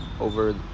over